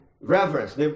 reverence